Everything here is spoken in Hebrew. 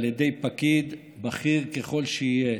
על ידי פקיד בכיר ככל שיהיה,